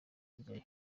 ajyayo